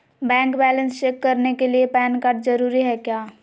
Bank balance check करने के लिए पैन कार्ड जरूरी है क्या?